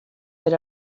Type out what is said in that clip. per